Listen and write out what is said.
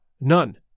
None